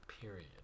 period